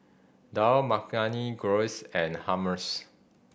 Dal Makhani Gyros and Hummus